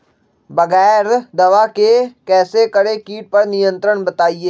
बगैर दवा के कैसे करें कीट पर नियंत्रण बताइए?